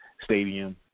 stadium